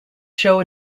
show